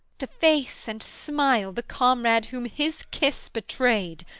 to face, and smile, the comrade whom his kiss betrayed?